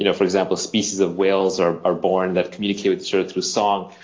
you know for example, species of whales are are born that communicate so through song.